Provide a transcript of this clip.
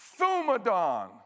thumadon